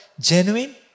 genuine